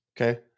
Okay